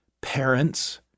parents